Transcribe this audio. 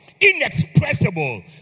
inexpressible